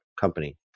company